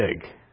big